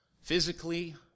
Physically